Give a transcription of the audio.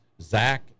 Zach